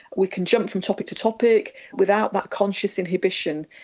we can jump from topic to topic without that conscious inhibition.